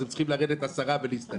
אז הם צריכים לרדת לעשרה ולהסתדר.